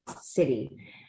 City